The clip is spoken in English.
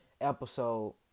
episode